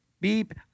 Beep